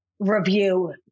review